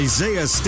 Isaiah